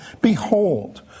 behold